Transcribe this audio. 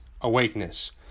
awakeness